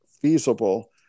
feasible